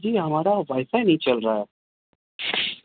جی ہمارا wifi نہیں چل رہا ہے